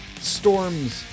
storms